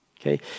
Okay